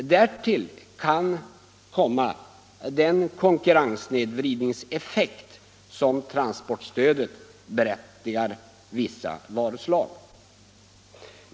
Därtill kan komma den konkurrenssnedvridningseffekt som transportstödet får beträffande vissa varuslag.